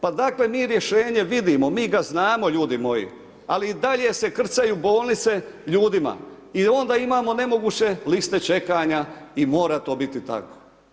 Pa dakle, mi rješenje vidimo mi ga znamo ljudi moji, ali i dalje se krcaju bolnice ljudima i onda imamo nemoguće liste čekanja i mora to biti tako.